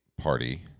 party